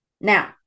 Now